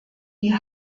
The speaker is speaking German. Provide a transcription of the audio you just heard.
die